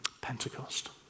Pentecost